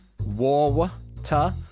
water